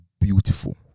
beautiful